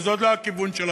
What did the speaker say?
אבל זה עוד לא הכיוון שלכם,